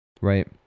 Right